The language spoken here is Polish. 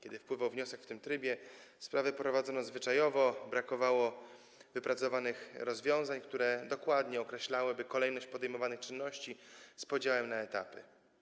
Kiedy wpływał wniosek w tym trybie, sprawę prowadzono zwyczajowo, brakowało wypracowanych rozwiązań, które dokładnie określałyby kolejność podejmowanych czynności z podziałem na etapy.